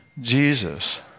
Jesus